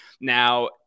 Now